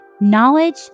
Knowledge